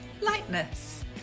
lightness